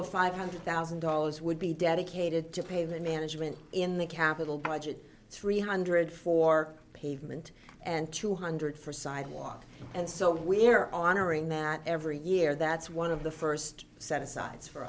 of five hundred thousand dollars would be dedicated to pavement management in the capital budget three hundred four pavement and two hundred for sidewalk and so we're honoring that every year that's one of the first set asides for